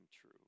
true